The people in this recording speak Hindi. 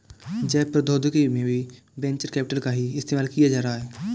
जैव प्रौद्योगिकी में भी वेंचर कैपिटल का ही इस्तेमाल किया जा रहा है